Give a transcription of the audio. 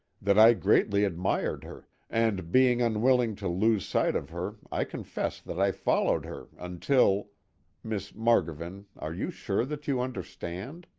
that i greatly admired her, and being unwilling to lose sight of her i confess that i followed her until miss margovan, are you sure that you understand?